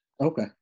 okay